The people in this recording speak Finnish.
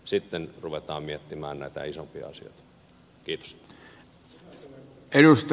sitten ruvetaan miettimään näitä isompia asioita